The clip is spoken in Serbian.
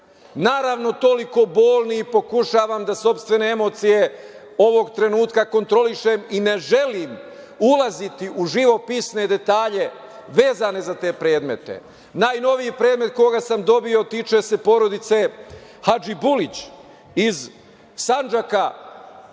naravno toliko bolni i pokušavam da sopstvene emocije ovog trenutka kontrolišem i ne želim ulaziti u živopisne detalje vezane za te predmete. Najnoviji predmet koji sam dobio tiče se porodice Hadžibulić iz Sandžaka,